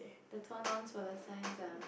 the turn ons for the signs ah